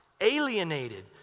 alienated